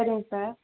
சரிங்க சார்